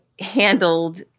handled